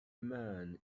man